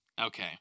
Okay